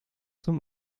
zum